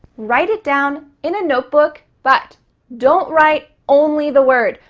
write it down in a notebook. but don't write only the word.